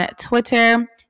Twitter